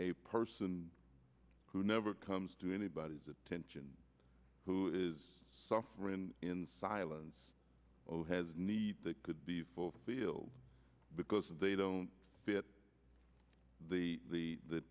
a person who never comes to anybody's attention who is suffering in silence or has need that could be fulfilled because they don't fit the the